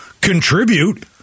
contribute